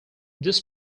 this